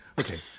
Okay